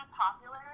popular